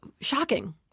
shocking